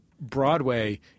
Broadway